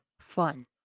fun